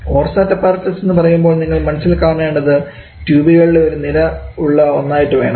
Orsat apparatus എന്നു പറയുമ്പോൾ നിങ്ങൾ മനസ്സിൽ കാണേണ്ടത് ട്യൂബുകളുടെ ഒരു നിര ഉള്ള ഒന്നായിട്ട് വേണം